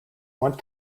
want